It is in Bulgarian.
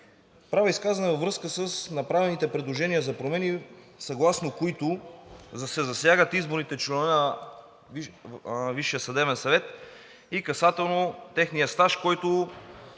Правя изказване във връзка с направените предложения за промени, съгласно които се засягат изборните членове на Висшия съдебен съвет и касателно техния стаж, който